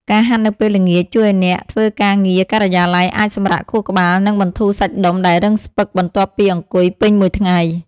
ការហាត់នៅពេលល្ងាច ជួយឱ្យអ្នកធ្វើការងារការិយាល័យអាចសម្រាកខួរក្បាល និងបន្ធូរសាច់ដុំដែលរឹងស្ពឹកបន្ទាប់ពីអង្គុយពេញមួយថ្ងៃ។